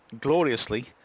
gloriously